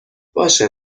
باشه